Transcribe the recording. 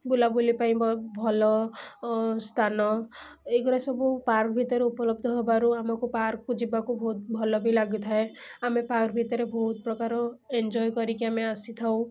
ବୁଲାବୁଲି ପାଇଁ ଭଲ ସ୍ଥାନ ଏଇଗୁଡ଼ା ସବୁ ପାର୍କ୍ ଭିତରେ ଉପଲବ୍ଧ ହେବାରୁ ଆମକୁ ପାର୍କ୍କୁ ଯିବାକୁ ବହୁତ ଭଲ ବି ଲାଗିଥାଏ ଆମେ ପାର୍କ୍ ଭିତରେ ବହୁତପ୍ରକାର ଏନ୍ଜୟେ କରିକି ଆମେ ଆସିଥାଉ